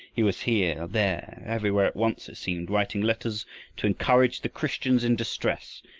he was here, there, everywhere at once, it seemed, writing letters to encourage the christians in distress,